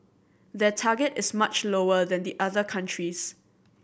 their target is much lower than the other countries